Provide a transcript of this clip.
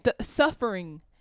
suffering